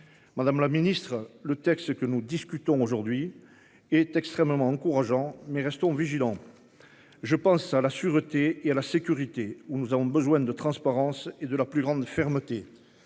Madame la Ministre le texte que nous discutons aujourd'hui est extrêmement encourageant mais restons vigilants. Je pense à la sûreté et à la sécurité, où nous avons besoin de transparence et de la plus grande fermeté.